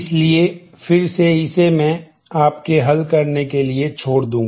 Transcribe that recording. इसलिए फिर से इसे मैं आपके हल करने के लिए छोड़ दूँगा